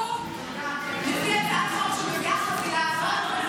הוא הביא הצעת חוק שמביאה חבילה אחת,